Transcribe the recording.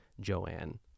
Joanne